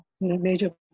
major